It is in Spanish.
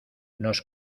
nos